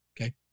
Okay